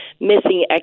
missing